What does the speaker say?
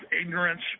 ignorance